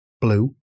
Blue